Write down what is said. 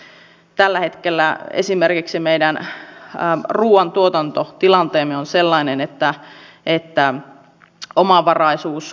oppositio vaati jo joulukuun alussa pääministerin ilmoitusta tai hallituksen tiedonantoa jotta eduskunnassa olisi voitu käydä avointa keskustelua päätöksentekokulttuurista